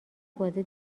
بازی